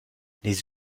les